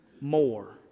more